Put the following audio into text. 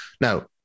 now